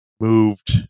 moved